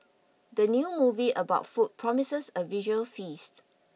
the new movie about food promises a visual feast